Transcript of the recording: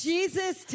Jesus